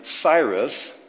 Cyrus